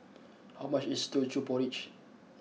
how much is Teochew Porridge